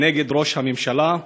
נגד ראש הממשלה.